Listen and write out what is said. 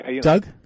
Doug